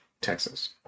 Texas